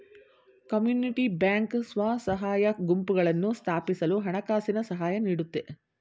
community bank ಸ್ವಸಹಾಯ ಗುಂಪುಗಳನ್ನು ಸ್ಥಾಪಿಸಲು ಹಣಕಾಸಿನ ಸಹಾಯ ನೀಡುತ್ತೆ